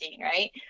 right